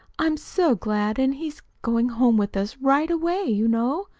i'm so glad! and he's going home with us right away, you know.